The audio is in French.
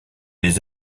les